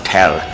Tell